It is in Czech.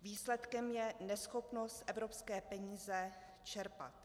Výsledkem je neschopnost evropské peníze čerpat.